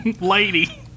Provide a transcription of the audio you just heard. Lady